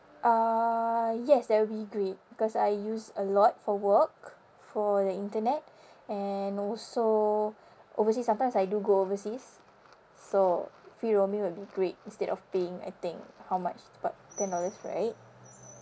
uh yes that will be great because I use a lot for work for the internet and also oversea sometimes I do go overseas so free roaming would be great instead of paying I think how much about ten dollars right